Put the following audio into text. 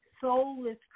soulless